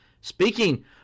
Speaking